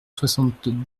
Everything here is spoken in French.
soixante